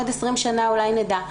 עוד 20 שנה אולי נדע.